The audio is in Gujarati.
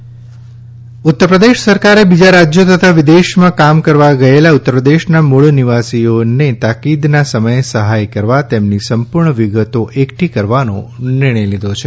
ઉત્તરપ્રદેશ પોર્ટેલ ઉત્તરપ્રદેશ સરકારે બીજા રાજ્યો તથા વિદેશમાં કામ કરવા ગયેલા ઉત્તરપ્રદેશના મૂળ નિવાસીઓને તાકીદનના સમયે સહાય કરવા તેમની સંપૂર્ણ વિગતો એકઠી કરવાનો નિર્ણય લીધો છે